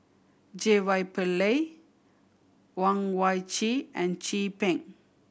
J Y Pillay Owyang Chi and Chin Peng